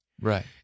Right